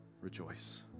rejoice